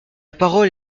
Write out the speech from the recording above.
parole